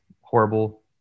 horrible